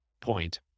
point